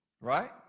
Right